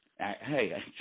Hey